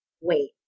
wait